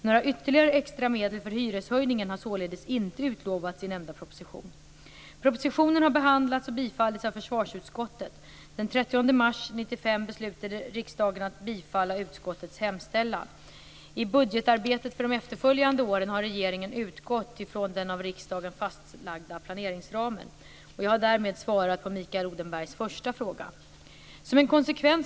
Några ytterligare extra medel för hyreshöjningen har således inte utlovats i nämnda proposition. Propositionen har behandlats och bifallits av försvarsutskottet. Den 30 mars 1995 beslutade riksdagen att bifalla utskottets hemställan . I budgetarbetet för de efterföljande åren har regeringen utgått ifrån den av riksdagen fastlagda planeringsramen. Jag har därmed svarat på Mikael Odenbergs första fråga.